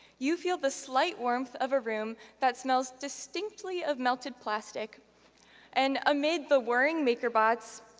you feel the slight warmth of a room that smells distinctly of melted plastic and amid the whirring meeker bots,